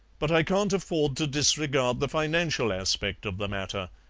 but i can't afford to disregard the financial aspect of the matter.